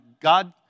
God